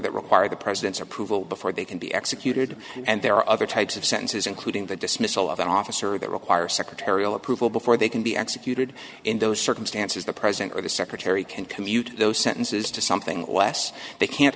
that require the president's approval before they can be executed and there are other types of sentences including the dismissal of an officer that require secretarial approval before they can be executed in those circumstances the president or the secretary can commute those sentences to something less they can't